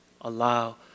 allow